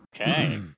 Okay